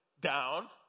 down